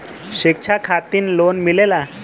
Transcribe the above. शिक्षा खातिन लोन मिलेला?